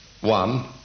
one